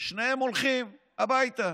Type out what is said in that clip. שניהם הולכים הביתה.